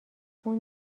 اون